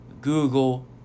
...Google